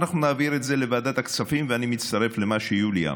נעביר את זה לוועדת הכספים ואני מצטרף למה שיוליה אמרה,